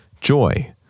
joy